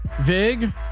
vig